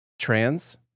trans